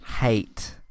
hate